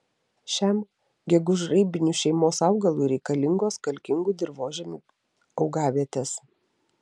šiam gegužraibinių šeimos augalui reikalingos kalkingų dirvožemių augavietės